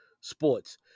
sports